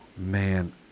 Man